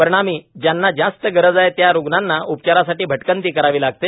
परिणामी ज्यांना जास्त गरज आहे त्या रुग्णांना उपचारासाठी भटकंती करावी लागते